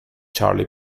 charlie